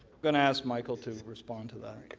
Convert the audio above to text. going to ask michael to respond to that.